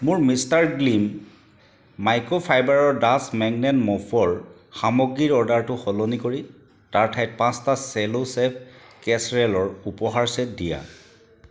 মোৰ mister Gleam মাইক্ৰ'ফাইবাৰৰ dust magnet ম'পৰ সামগ্ৰীৰ অৰ্ডাৰটো সলনি কৰি তাৰ ঠাইত পাঁচটা চেলো চেফ কেচৰেলৰ উপহাৰৰ চেট দিয়া